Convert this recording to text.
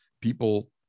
people